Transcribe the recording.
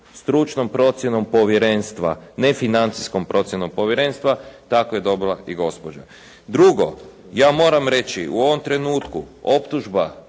stručnom procjenom povjerenstva, ne financijskom procjenom povjerenstva, tako je dobila i gospođa. Drugo, ja moram reći, u ovom trenutku optužba